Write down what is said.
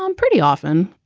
um pretty often.